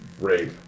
Rape